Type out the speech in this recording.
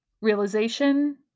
realization